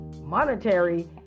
monetary